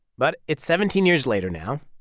but it's seventeen years later now,